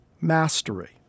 mastery